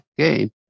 Okay